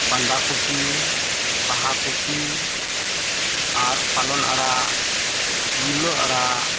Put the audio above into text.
ᱵᱟᱫᱟ ᱠᱚᱯᱤ ᱵᱟᱦᱟ ᱠᱚᱯᱤ ᱟᱨ ᱯᱟᱞᱚᱱ ᱟᱲᱟᱜ ᱢᱩᱞᱟᱹ ᱟᱲᱟᱜ